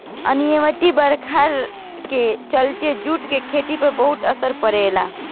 अनिमयित बरखा के चलते जूट के खेती पर बहुत असर पड़ेला